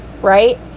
right